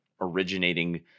originating